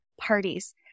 parties